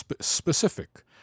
specific